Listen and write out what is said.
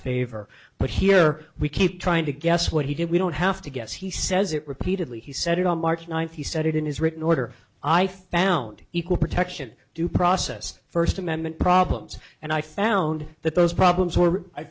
favor but here we keep trying to guess what he did we don't have to guess he says it repeatedly he said it on march ninth he said it in his written order i found equal protection due process first amendment problems and i found that those problems were i